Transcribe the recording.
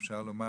אפשר לומר